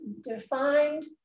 defined